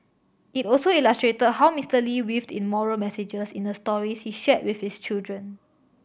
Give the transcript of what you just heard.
it also illustrated how Mister Lee weaved in moral messages in the stories he shared with his children